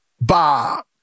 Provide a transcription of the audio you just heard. Bob